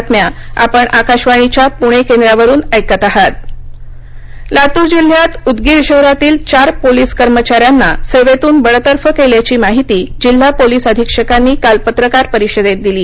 voice cast intro Latur जिल्ह्यात उदगीर शहरातील चार पोलिस कर्मचाऱ्यांना सेवेतून बडतर्फ केल्याची माहिती जिल्हा पोलिस अधीक्षकांनी काल पत्रकार परिषदेत दिली